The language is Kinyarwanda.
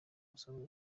basanzwe